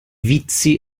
vizi